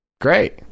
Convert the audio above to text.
Great